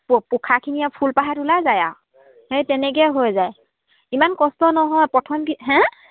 প পোখাখিনি আৰু ফুলপাহহঁত ওলাই যায় আৰু সেই তেনেকৈ হৈ যায় ইমান কষ্ট নহয় প্ৰথম কি হে